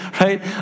Right